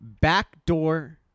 backdoor